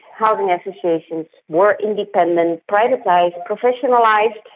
housing associations were independent, privatised, professionalised.